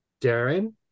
darren